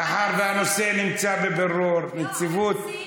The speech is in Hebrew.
מאחר שהנושא בבירור נציבות,